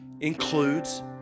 includes